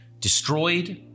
destroyed